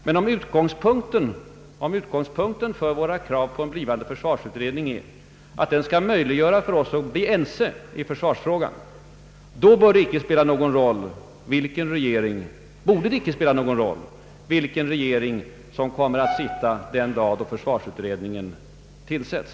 Men om utgångspunkten för våra krav på en blivande försvarsutredning är förhoppningen om att det skall bli möjligt för oss alla att bli ense, borde det inte spela någon roll vilken regering som sitter den dag då försvarsutredningen tillsätts.